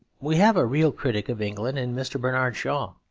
we have a real critic of england in mr. bernard shaw,